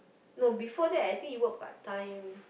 no before that I think you work part time